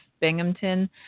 Binghamton